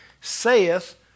saith